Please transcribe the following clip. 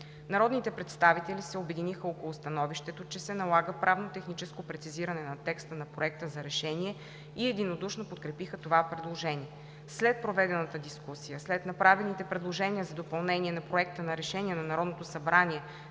Народните представители се обединиха около становището, че се налага правно-техническо прецизиране на текста на Проекта за решение и единодушно подкрепиха това предложение. След проведената дискусия, след направените предложения за допълнение на Проекта на решение на Народното събрание